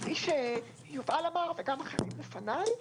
כפי שיובל אמר וגם אחרים לפניי,